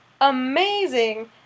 amazing